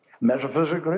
metaphysically